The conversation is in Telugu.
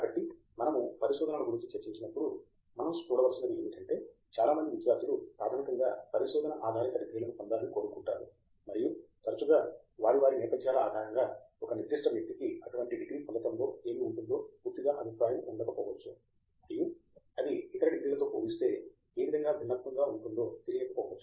కాబట్టి మనము పరిశోధనలు గురించి చర్చించినప్పుడు మనం చూడవలసినది ఏమిటంటే చాలా మంది విద్యార్థులు ప్రాథమికంగా పరిశోధన ఆధారిత డిగ్రీలను పొందాలని కోరుకుంటారు మరియు తరచుగా వారి వారి నేపధ్యాల ఆధారంగా ఒక నిర్దిష్ట వ్యక్తి కి అటువంటి డిగ్రీ పొందడంలో ఏమి ఉంటుందో పూర్తిగా అభిప్రాయము ఉండకపోవచ్చు మరియు అది ఇతర డిగ్రీలతో పోలిస్తే ఏ విధంగా భిన్నత్వం ఉంటుందో తెలియకపోవచ్చు